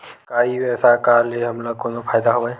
का ई व्यवसाय का ले हमला कोनो फ़ायदा हवय?